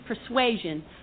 persuasion